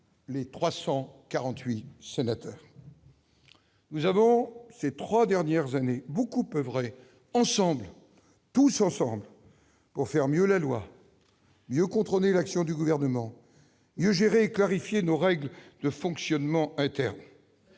les 348 sénateurs. » Nous avons, ces trois dernières années, beaucoup oeuvré, tous ensemble, pour mieux faire la loi, mieux contrôler l'action du Gouvernement, mieux gérer et clarifier nos règles de fonctionnement interne.